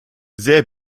sehr